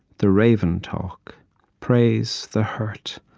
the raven talk praise the hurt,